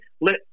let